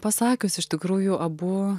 pasakius iš tikrųjų abu